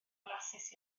flasus